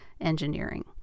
engineering